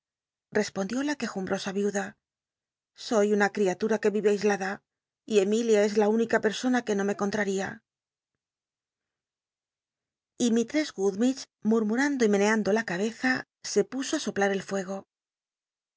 respondió la quejumbrosa iuda soy una cl'ialura que vive aislada y emilia es la ún ica persona que no me contraria y mislt't'ss gummidge mmmmando y meneando la cabeza se puso ti soplar el fuego